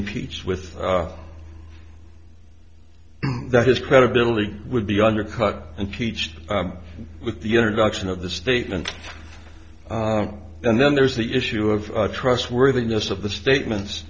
impeached with that his credibility would be undercut and teached with the introduction of the statement and then there's the issue of trustworthiness of the statements